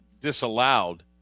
disallowed